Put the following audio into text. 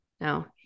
no